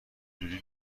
دودی